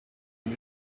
you